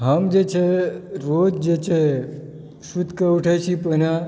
हम जे छै रोज जे छै सुति कऽ उठैत छी पहिने